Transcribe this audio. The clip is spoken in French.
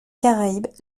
caraïbes